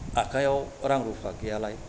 आखायाव रां रुफा गैयालाय